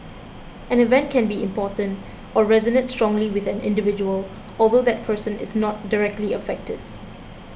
an event can be important or resonate strongly with an individual although that person is not directly affected